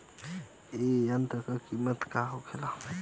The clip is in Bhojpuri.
ए यंत्र का कीमत का होखेला?